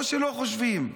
או שלא חושבים,